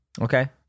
Okay